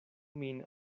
min